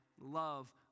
love